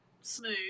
smooth